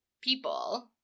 people